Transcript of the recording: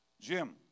Jim